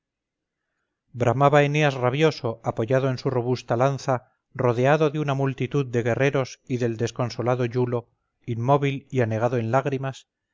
bramaba eneas rabioso apoyado en su robusta lanza rodeado de una multitud de guerreros y del desconsolado iulo inmóvil y anegado en lágrimas